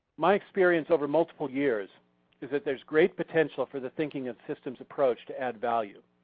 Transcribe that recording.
my experience over multiple years is that there's great potential for the thinking in systems approach to add value.